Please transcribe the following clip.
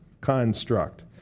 construct